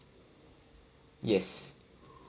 yes